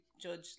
judge